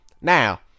Now